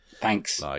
Thanks